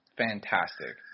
fantastic